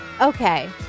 Okay